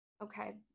okay